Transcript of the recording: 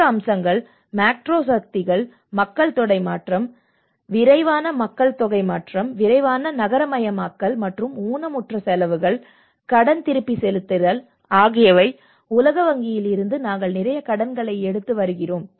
மற்ற அம்சங்கள் மேக்ரோ சக்திகள் மக்கள்தொகை மாற்றம் விரைவான மக்கள் தொகை மாற்றம் விரைவான நகரமயமாக்கல் மற்றும் ஊனமுற்ற செலவுகள் கடன் திருப்பிச் செலுத்துதல் ஆகியவை உலக வங்கியில் இருந்து நாங்கள் நிறைய கடன்களை எடுத்து வருகிறோம்